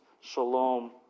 shalom